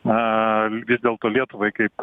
na vis dėlto lietuvai kaip